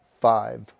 five